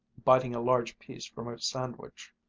biting a large piece from a sandwich.